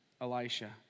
Elisha